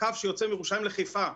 קו שיוצא מירושלים לחיפה,